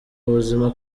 buzima